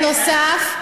בנוסף,